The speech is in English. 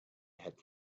had